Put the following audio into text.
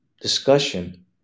discussion